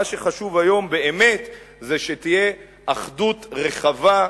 מה שחשוב היום באמת זה שתהיה אחדות רחבה,